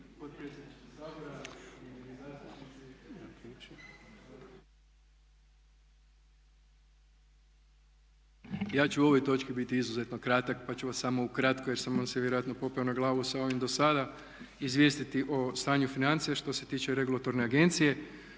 ja ću u ovoj točki biti izuzetno kratak pa ću vas samo ukratko jer sam vam se vjerojatno popeo na glavu sa ovim do sada izvijestiti o stanju financija što se tiče regulatorne agencije.